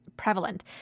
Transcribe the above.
Prevalent